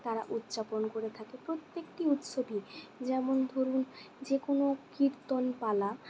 তারা উদযাপন করে থাকে প্রত্যেকটি উৎসবই যেমন ধরুন যে কোনো কীর্তন পালা